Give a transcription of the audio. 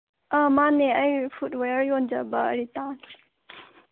ꯑ ꯃꯥꯅꯦ ꯑꯩ ꯐꯨꯗ ꯋꯦꯌꯥꯔ ꯌꯣꯟꯖꯕ ꯔꯤꯇꯥꯅꯦ